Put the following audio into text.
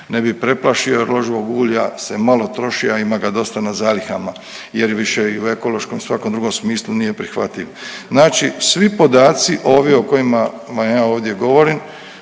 ne bi preplašio jer loživog ulja se malo troši, a ima ga dosta na zalihama jer više i u ekološkom i u svakom drugom smislu nije prihvatljiv. Znači svi podaci ovi o kojima vam ja ovdje govorim